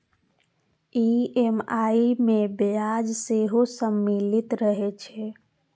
EMI मे ब्याज सेहो सम्मिलित रहै छै